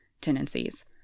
tendencies